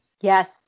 yes